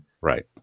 Right